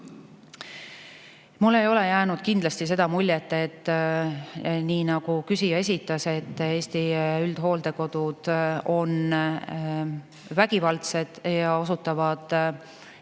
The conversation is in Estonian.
Mulle ei ole jäänud kindlasti seda muljet, nii nagu küsija esitles, et Eesti üldhooldekodud on vägivaldsed ja osutavad eeskätt